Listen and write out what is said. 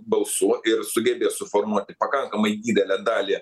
balsų ir sugebės suformuoti pakankamai didelę dalį